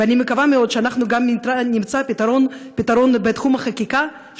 ואני מקווה מאוד שאנחנו נמצא פתרון גם בתחום החקיקה,